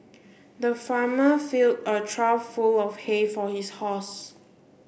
the farmer filled a trough full of hay for his horse